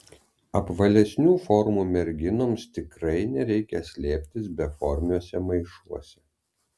apvalesnių formų merginoms tikrai nereikia slėptis beformiuose maišuose